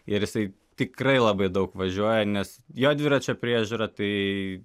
ir jisai tikrai labai daug važiuoja nes jo dviračio priežiūra tai